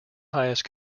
highest